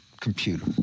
computer